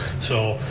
so